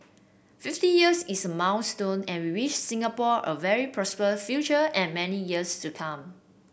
fifty years is milestone and we wish Singapore a very prosperous future and many years to come